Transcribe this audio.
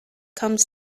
comes